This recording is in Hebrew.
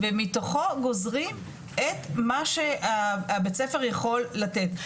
ומתוכו גוזרים את מה שבית הספר יכול לתת,